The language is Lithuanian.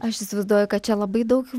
aš įsivaizduoju kad čia labai daug